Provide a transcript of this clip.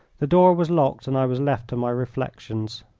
the door was locked and i was left to my reflections.